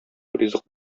ризык